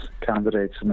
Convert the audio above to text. candidates